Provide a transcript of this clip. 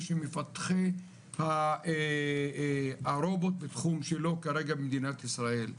שהם מפתחי הרובוט בתחום שלא כרגע במדינת ישראל,